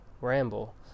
Ramble